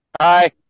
hi